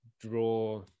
draw